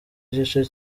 igice